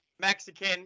Mexican